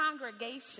congregation